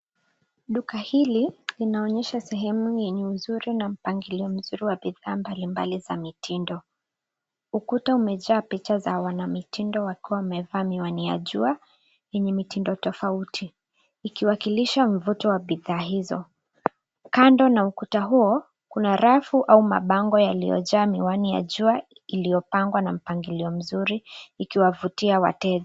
Duka hili linaonyesha sehemu yenye uzuri na mpangilio mzuri wa bidhaa mbalimbali za mitindo. Ukuta umejaa picha za wanamitindo wakiwa wamevaa miwani ya jua yenye mitindo tofauti, ikiwakilisha mvuto wa bidhaa hizo. Kando na ukuta huo, kuna rafu au mabango yaliyojaa miwani ya jua iliyopangwa na mpangilio mzuri ikiwavutia wateja.